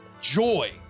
joy